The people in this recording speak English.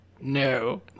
No